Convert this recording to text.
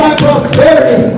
prosperity